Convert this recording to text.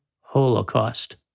holocaust